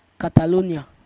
Catalonia